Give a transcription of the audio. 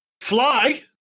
Fly